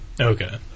Okay